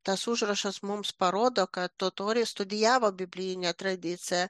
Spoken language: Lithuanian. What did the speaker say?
tas užrašas mums parodo kad totoriai studijavo biblijinę tradiciją